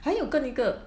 还有跟一个